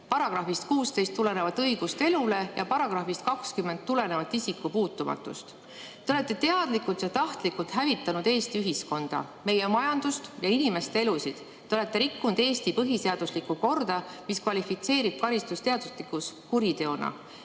§-st 16 tulenevat õigust elule ja §-st 20 tulenevat isikupuutumatust. Te olete teadlikult ja tahtlikult hävitanud Eesti ühiskonda, meie majandust ja inimeste elusid. Te olete rikkunud Eesti põhiseaduslikku korda, mis kvalifitseerub karistusseadustikus kuriteona.